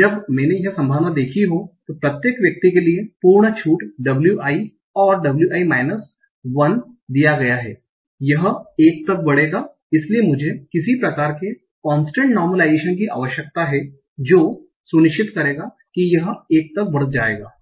जब मैंने यह संभावना देखी हो प्रत्येक व्यक्ति के लिए पूर्ण छूट wi ओर wi माइनस 1 दिया गया है यह 1 तक बढ़ेगा इसीलिए मुझे किसी प्रकार के कोंस्टंट नार्मलाइजेशन की आवश्यकता है जो सुनिश्चित करेगा कि यह 1 तक बढ़ जाएगा